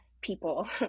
people